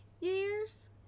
years